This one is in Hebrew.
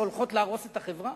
שהולכות להרוס את החברה?